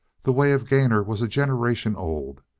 the way of gainor was a generation old.